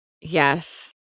Yes